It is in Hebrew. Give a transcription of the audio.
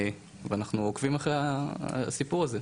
ואנחנו עוקבים אחרי הסיפור הזה.